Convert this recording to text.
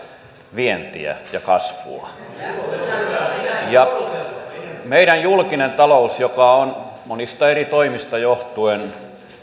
vientiä ja kasvua ja meidän julkinen talous joka on monista eri toimista johtuen